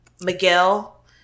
Miguel